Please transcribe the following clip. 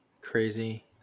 Crazy